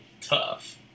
tough